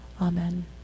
Amen